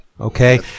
Okay